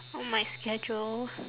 on my schedule